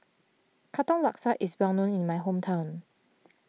Katong Laksa is well known in my hometown